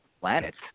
planets